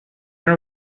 are